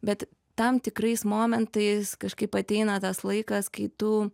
bet tam tikrais momentais kažkaip ateina tas laikas kai tu